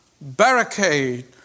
barricade